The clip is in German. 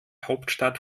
hauptstadt